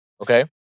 Okay